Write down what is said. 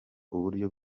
uburyo